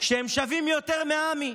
שהם שווים יותר מעמי,